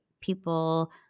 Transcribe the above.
people